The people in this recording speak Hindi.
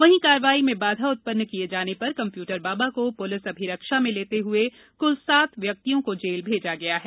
वहीं कार्यवाही में बाधा उत्पन्न किए जाने पर कंप्यूटर बाबा को पुलिस अभिरक्षा में लेते हुए कुल सात व्यक्तियों को जेल भेजा गया है